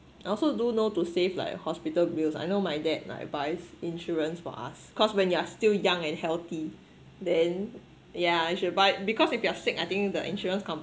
I also do know to save like hospital bills I know my dad like buys insurance for us cause when you are still young and healthy then yeah I should buy because if you are sick I think the insurance